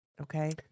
Okay